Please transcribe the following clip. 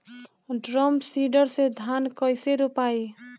Drum seeder से धान कैसे रोपाई?